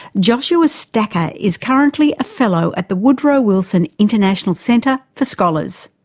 joshua stacher is currently a fellow at the woodrow wilson international center for scholars.